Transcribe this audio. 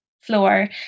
floor